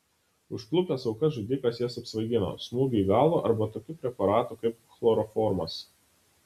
užklupęs aukas žudikas jas apsvaigino smūgiu į galvą arba tokiu preparatu kaip chloroformas